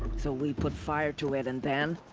so we put fire to it, and then?